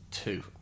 Two